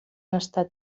estat